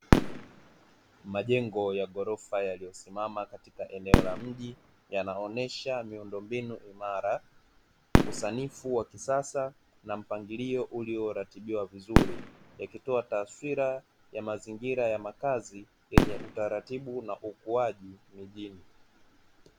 Majengo ya ghorofa yaliyosimama katika eneo la mji, yanaonesha miundombinu imara, usanifu wa kisasa na mpangilio ulioratibiwa vizuri; yakitoa taswira ya mazingira ya makazi yenye utaratibu na ukuaji mjini.